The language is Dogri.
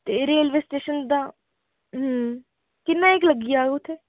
ते रेलवे स्टेशन दा हं किन्ना क लगी जाह्ग उत्थै